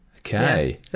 Okay